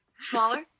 Smaller